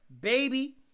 Baby